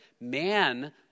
man